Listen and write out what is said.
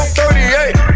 38